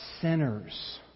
sinners